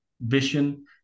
vision